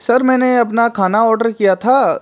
sir मैंने अपना खाना ऑडर किया था